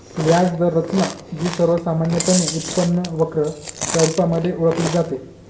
व्याज दर रचना, जी सर्वसामान्यपणे उत्पन्न वक्र च्या रुपामध्ये ओळखली जाते